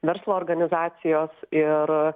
verslo organizacijos ir